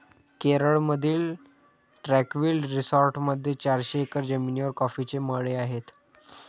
केरळमधील ट्रँक्विल रिसॉर्टमध्ये चारशे एकर जमिनीवर कॉफीचे मळे आहेत